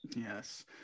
Yes